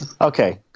Okay